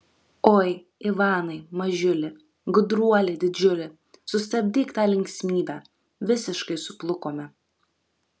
oi ivanai mažiuli gudruoli didžiuli sustabdyk tą linksmybę visiškai suplukome